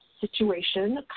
situation